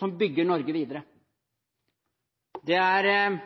som bygger Norge videre. Det er